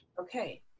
Okay